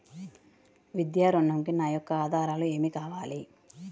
విద్యా ఋణంకి నా యొక్క ఆధారాలు ఏమి కావాలి?